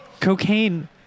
cocaine